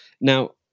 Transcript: Now